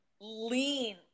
lean